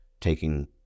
taking